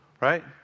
right